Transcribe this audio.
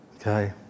Okay